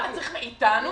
מה אתה צריך מאתנו